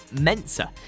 Mensa